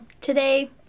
today